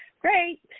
great